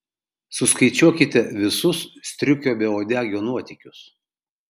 suskaičiuokite visus striukio beuodegio nuotykius